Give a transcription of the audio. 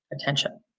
attention